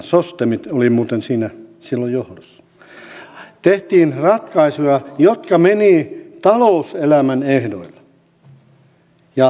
demit oli muuten siinä silloin johdossa tehtiin ratkaisuja jotka menivät talouselämän ehdoilla ja talous lähti nousuun